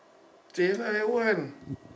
say lah your one